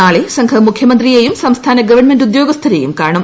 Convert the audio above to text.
നാളെ സംഘം മുഖ്യമന്ത്രിയേയും സംസ്ഥാന ഗവൺമെന്റ് ഉദ്യോഗസ്ഥരേയും കാണും